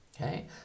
Okay